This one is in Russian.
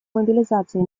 мобилизации